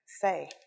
say